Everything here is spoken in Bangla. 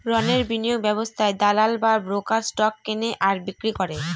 রণের বিনিয়োগ ব্যবস্থায় দালাল বা ব্রোকার স্টক কেনে আর বিক্রি করে